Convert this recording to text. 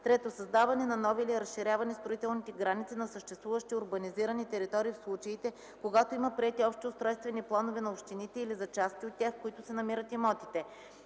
3. създаване на нови или разширяване строителните граници на съществуващи урбанизирани територии в случаите, когато има приети общи устройствени планове на общините или за части от тях, в които се намират имотите;